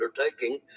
undertaking